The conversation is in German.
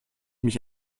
mich